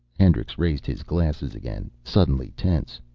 hendricks raised his glasses again, suddenly tense.